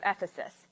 Ephesus